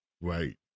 Right